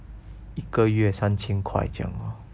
一个月三千块这样 lor